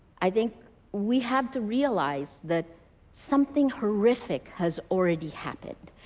i think we have to realize that something horrific has already happened.